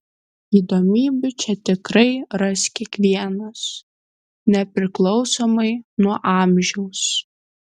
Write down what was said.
įdomybių čia tikrai ras kiekvienas nepriklausomai nuo amžiaus